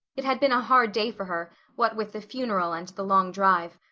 it had been a hard day for her, what with the funeral and the long drive.